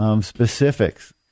Specifics